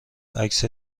عکس